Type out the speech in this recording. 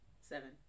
Seven